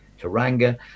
Taranga